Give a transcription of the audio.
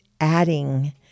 adding